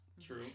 true